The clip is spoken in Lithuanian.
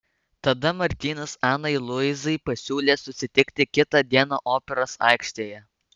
tada martynas anai luizai pasiūlė susitikti kitą dieną operos aikštėje